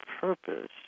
purpose